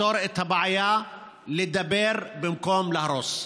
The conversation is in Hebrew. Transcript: לפתור את הבעיה, לדבר במקום להרוס.